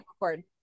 record